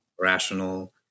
rational